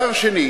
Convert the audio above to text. אתה רוצה,